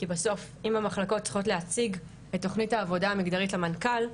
כי בסוף אם המחלקות צריכות להציג את תוכנית העבודה המגדרית למנכ"ל,